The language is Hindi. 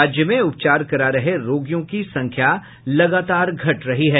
राज्य में उपचार करा रहे रोगियों की संख्या लगातार घट रही है